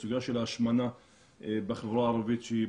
הסוגיה של ההשמנה בחברה הערבית שהיא